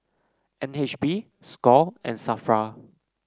N H B Score and Safra